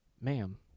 ma'am